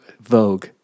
Vogue